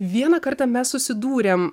vieną kartą mes susidūrėm